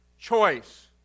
choice